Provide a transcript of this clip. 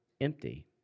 empty